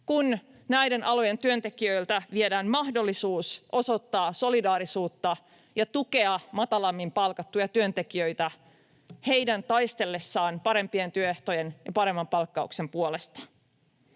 kun näiden alojen työntekijöiltä viedään mahdollisuus osoittaa solidaarisuutta ja tukea matalammin palkattujen työntekijöiden taistellessa parempien työehtojen ja paremman palkkauksen puolesta.